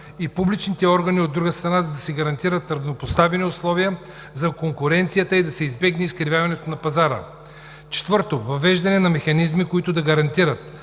и публичните органи, от друга страна, за да се гарантират равнопоставени условия за конкуренцията и да се избегне изкривяването на пазара. Четвърто, въвеждане на механизми, които да гарантират,